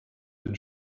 den